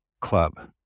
club